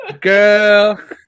Girl